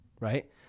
Right